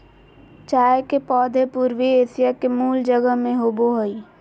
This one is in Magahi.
चाय के पौधे पूर्वी एशिया के मूल जगह में होबो हइ